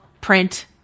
print